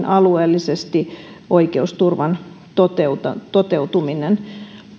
alueellisesti oikeusturvan toteutuminen toteutuminen